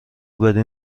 بدین